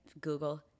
Google